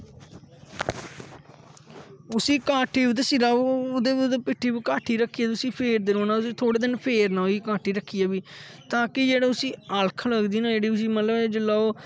उसी काठी ओह्दे सिरे उपर ओहदी पिट्ठी उप्पर काठी रक्खियै उसी फेरदे रौहना उसी थोह्डे़ दिन फेरना उसी काठी रक्खियै फ्ही ताकि जेहड़ा उसी अलख लगदी ना जेहड़ी उसी मतलब जिसले ओह्